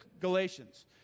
Galatians